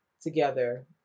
together